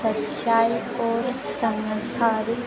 सच्चाई को समसारी